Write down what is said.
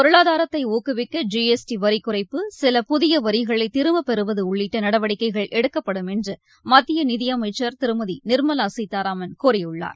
பொருளாதாரத்தை ஊக்குவிக்க ஜிஎஸ்டி வரி குறைப்பு சில புதிய வரிகளை திரும்பப்பெறுவது உள்ளிட்ட நடவடிக்கைகள் எடுக்கப்படும் என்று மத்திய நிதியமைச்சர் திருமதி நிர்மலா சீதாராமன் கூறியுள்ளார்